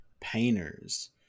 Painters